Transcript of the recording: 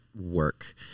work